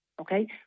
Okay